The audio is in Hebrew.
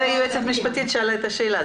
היועצת המשפטית שאלה את השאלה.